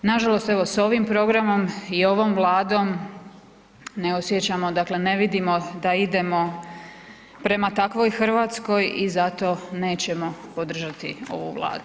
Nažalost evo s ovim programom i ovom Vladom ne osjećamo, dakle ne vidimo da idemo prema takvoj Hrvatskoj i zato nećemo podržati ovu Vladu.